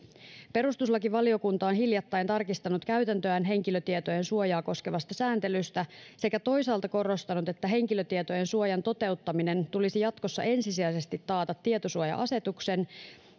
perustuslakivaliokunta on hiljattain tarkistanut käytäntöään henkilötietojen suojaa koskevasta sääntelystä sekä toisaalta korostanut että henkilötietojen suojan toteuttaminen tulisi jatkossa ensisijaisesti taata tietosuoja asetuksen